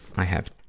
i have,